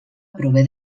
prové